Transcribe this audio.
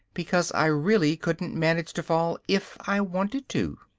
because i really couldn't manage to fall if i wanted to.